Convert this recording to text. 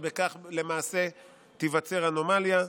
ובכך למעשה תיווצר אנומליה.